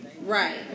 Right